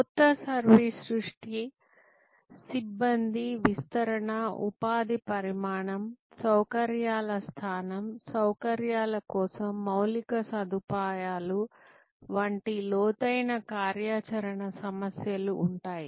కొత్త సర్వీస్ సృష్టి సిబ్బంది విస్తరణ ఉపాధి పరిమాణం సౌకర్యాల స్థానం సౌకర్యాల కోసం మౌలిక సదుపాయాలు వంటి లోతైన కార్యాచరణ సమస్యలు ఉంటాయి